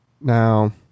Now